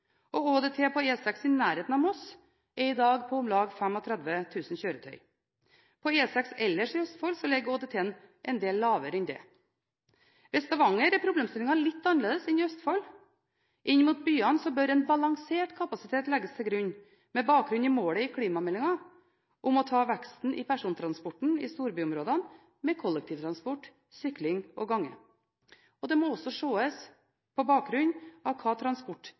ÅDT på E6 i nærheten av Moss er i dag på om lag 35 000 kjøretøy. På E6 ellers i Østfold ligger ÅDT-en en del lavere enn det. Ved Stavanger er problemstillingen litt annerledes enn i Østfold. Inn mot byene bør en balansert kapasitet legges til grunn med bakgrunn i målet i klimameldingen om å ta veksten i persontransporten i storbyområdene med kollektivtransport, sykling og gange. Det må også ses på bakgrunn av hva